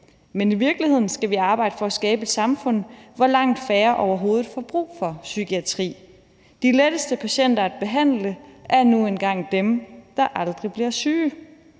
Men i virkeligheden skal vi arbejde for at skabe et samfund, hvor langt færre overhovedet får behov for psykiatri. De letteste patienter at behandle er nu engang dem, der aldrig bliver syge.